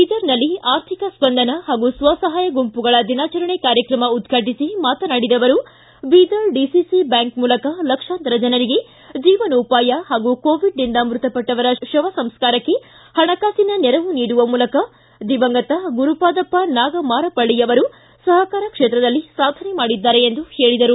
ಬೀದರನಲ್ಲಿ ಆರ್ಥಿಕ ಸ್ಪಂದನ ಹಾಗೂ ಸ್ತ್ರಸಹಾಯ ಗುಂಪುಗಳ ದಿನಾಚರಣೆ ಕಾರ್ಯಕ್ರಮ ಉದ್ಘಾಟಿಸಿ ಮಾತನಾಡಿದ ಅವರು ಬೀದರ ಡಿಸಿಸಿ ಬ್ಯಾಂಕ್ ಮೂಲಕ ಲಕ್ಷಾಂತರ ಜನರಿಗೆ ಜೀವನೋಪಾಯ ಹಾಗೂ ಕೋವಿಡ್ನಿಂದ ಮೃತಪಟ್ಟವರ ಶವ ಸಂಸಾರಕ್ಷೆ ಹಣಕಾಸಿನ ನೆರವು ನೀಡುವ ಮೂಲಕ ದಿವಂಗತ ಗುರುಪಾದಪ್ಪ ನಾಗಮಾರಪಳ್ಳಿಯವರು ಸಹಕಾರ ಕ್ಷೇತ್ರದಲ್ಲಿ ಸಾಧನೆ ಮಾಡಿದ್ದಾರೆ ಎಂದು ಹೇಳಿದರು